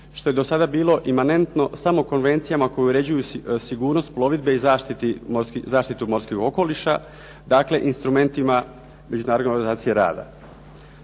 što je dosada bilo imanentno samo konvencijama koje uređuju sigurnost plovidbe i zaštitu morskog okoliša, dakle instrumentima Međunarodne organizacije rada.